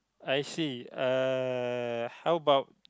I see uh how about